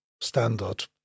standard